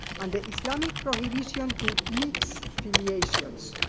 and the islamic prohibition to mix filiations,